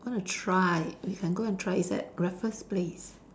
want to try we can go and try it's at Raffles Place